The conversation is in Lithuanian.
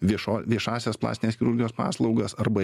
viešo viešąsias plastinės chirurgijos paslaugas arba